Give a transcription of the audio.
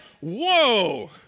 whoa